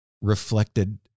reflected